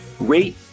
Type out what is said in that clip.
rate